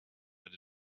but